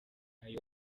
kandi